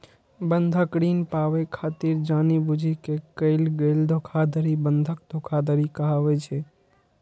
बंधक ऋण पाबै खातिर जानि बूझि कें कैल गेल धोखाधड़ी बंधक धोखाधड़ी कहाबै छै